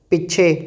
ਪਿੱਛੇ